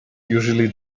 usually